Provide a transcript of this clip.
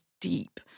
deep